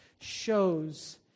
shows